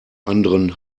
anderen